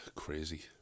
crazy